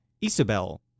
Isabel